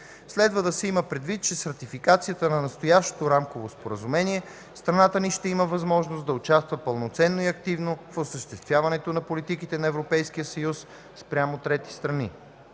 Следва да се има предвид, че с ратификацията на настоящото Рамково споразумение страната ни ще има възможност да участва пълноценно и активно в осъществяването на политиката на Европейския съюз спрямо трети страни.